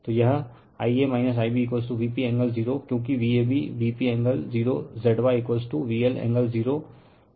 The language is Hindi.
तो यह Ia IbVp एंगल 0 क्योकि VabVp एंगल 0zyVLएंगल 0Zy